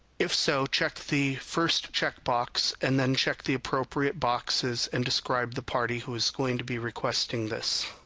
if so, check the first checkbox, and then check the appropriate boxes, and describe the party who is going to be requesting this.